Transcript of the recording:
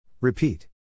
Repeat